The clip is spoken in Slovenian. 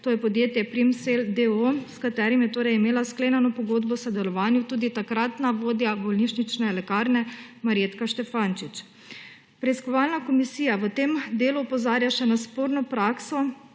to je podjetje Primsell, d. o. o., s katerim je torej imela sklenjeno pogodbo v sodelovanju tudi takratna vodja bolnišnične lekarne Marjetka Štefančič. Preiskovalna komisija v tem delu opozarja še na sporno prakso